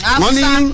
money